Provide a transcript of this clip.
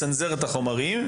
מצנזר את החומרים,